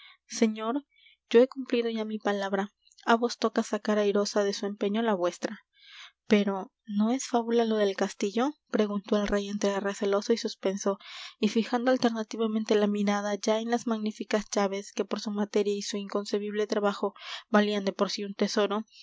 señor yo he cumplido ya mi palabra á vos toca sacar airosa de su empeño la vuestra pero no es fábula lo del castillo preguntó el rey entre receloso y suspenso y fijando alternativamente la mirada ya en las magníficas llaves que por su materia y su inconcebible trabajo valían de por sí un tesoro